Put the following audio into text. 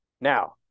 Now